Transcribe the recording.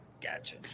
Gotcha